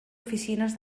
oficines